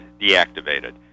deactivated